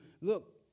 look